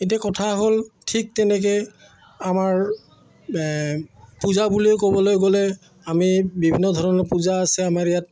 এতিয়া কথা হ'ল ঠিক তেনেকে আমাৰ পূজা বুলিও ক'বলৈ গ'লে আমি বিভিন্ন ধৰণৰ পূজা আছে আমাৰ ইয়াত